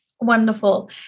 wonderful